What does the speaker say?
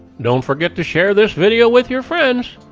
don't forget to share this video with your friends,